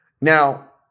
Now